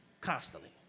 Constantly